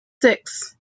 six